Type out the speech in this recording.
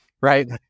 right